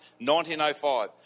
1905